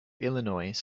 illinois